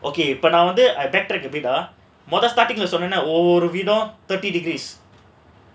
okay but ஆனா வந்து ஒவ்வொரு வீடும்:aanaa vandhu ovvoru veedum thirty degrees